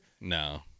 No